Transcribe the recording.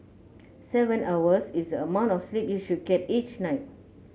seven hours is the amount of sleep you should get each night